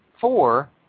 Four